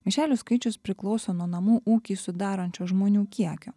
maišelių skaičius priklauso nuo namų ūkį sudarančio žmonių kiekio